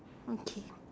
okay